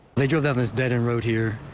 they drove down this dead end road here